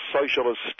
socialist